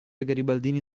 garibaldini